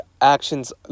actions